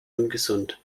ungesund